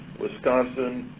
wisconsin,